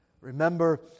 Remember